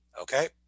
okay